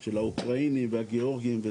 של האוקראינים והגיאורגים,